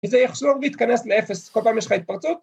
‫וזה יחזור ויתכנס לאפס? ‫כל פעם יש לך התפרצות?